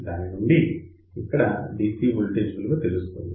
దాని నుండి ఇక్కడ dc వోల్టేజ్ విలువ తెలుస్తుంది